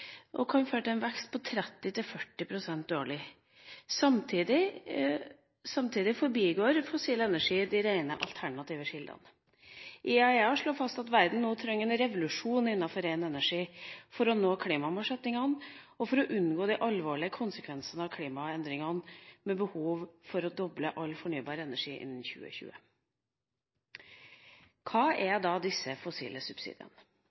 og kan føre til en vekst på 30–40 pst. årlig. Samtidig forbigår fossil energi de rene alternative kildene. IEA slår fast at verden nå trenger en revolusjon innenfor ren energi for å nå klimamålsettingene og for å unngå de alvorlige konsekvensene av klimaendringene, med behov for å doble all fornybar energi innen 2020. Hva er da disse fossile subsidiene?